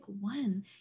one